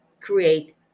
create